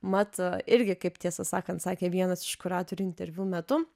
mat irgi kaip tiesą sakant sakė vienas iš kuratorių interviu metu